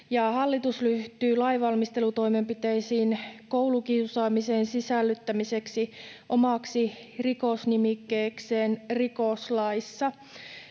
hallitus ryhtyvät lainvalmistelutoimenpiteisiin koulukiusaamisen sisällyttämiseksi omaksi rikosnimikkeekseen rikoslaissa.